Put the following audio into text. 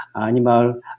animal